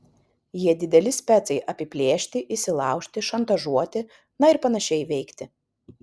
jie dideli specai apiplėšti įsilaužti šantažuoti na ir panašiai veikti